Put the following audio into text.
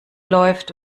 läuft